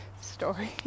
story